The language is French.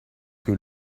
que